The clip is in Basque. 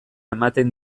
ematen